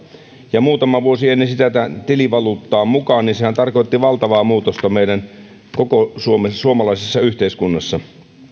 ja muutama vuosi ennen sitä tähän tilivaluuttaan mukaan niin sehän tarkoitti valtavaa muutosta meidän koko suomalaisessa yhteiskunnassa